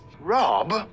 Rob